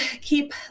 keep